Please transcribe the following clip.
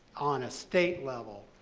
on a state level,